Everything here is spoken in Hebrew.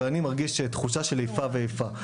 ואני מרגיש תחושה של איפה ואיפה.